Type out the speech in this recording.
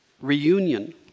Reunion